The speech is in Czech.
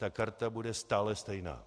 Ta karta bude stále stejná.